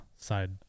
Side